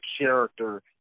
character